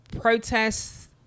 protests